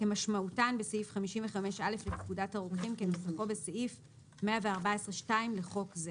כמשמעותן בסעיף 55א לפקודת הרוקחים כנוסחו בסעיף 114(2) לחוק זה.